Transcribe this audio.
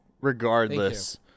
regardless